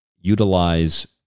utilize